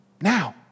now